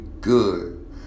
good